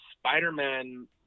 Spider-Man